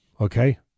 okay